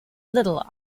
little